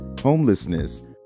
homelessness